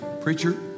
preacher